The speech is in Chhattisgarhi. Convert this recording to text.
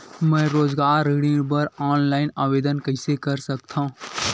मैं रोजगार ऋण बर ऑनलाइन आवेदन कइसे कर सकथव?